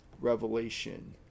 Revelation